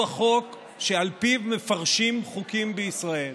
הוא החוק שעל פיו מפרשים חוקים בישראל,